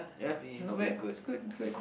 ya not bad it's good it's good